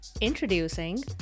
Introducing